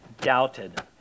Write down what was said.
doubted